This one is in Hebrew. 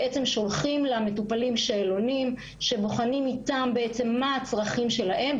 בעצם שולחים למטופלים שאלונים שבוחנים איתם מה הצרכים שלהם,